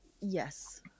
Yes